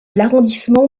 l’arrondissement